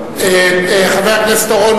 חבר הכנסת אורון,